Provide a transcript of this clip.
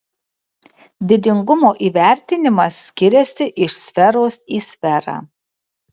didingumo įvertinimas skiriasi iš sferos į sferą